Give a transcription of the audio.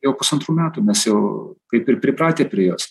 jau pusantrų metų mes jau kaip ir pripratę prie jos